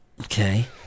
Okay